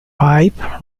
pipe